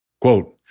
Quote